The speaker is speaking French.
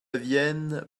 vienne